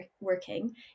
working